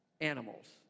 animals